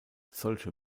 solche